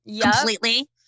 completely